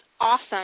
awesome